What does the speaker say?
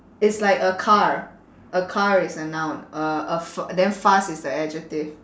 it's like a car a car is a noun uh a f~ then fast is the adjective